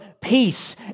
peace